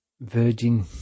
virgin